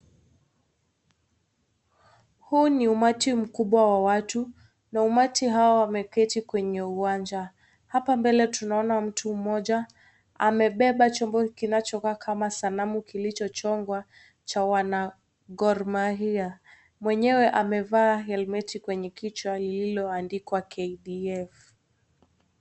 Huu ni umati mkubwa wa watu na umati hao wameketi kwenye uwanja hapa mbele tunaona mtu mmoja amebeba chombo kinachokuwa kama sanamu kinachochongwa cha wana Gor Mahia ,mwenyewe amevaa helmeti kwenye kichwa lliloandikwa KDF.